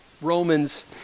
Romans